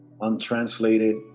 untranslated